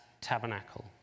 tabernacle